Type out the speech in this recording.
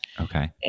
Okay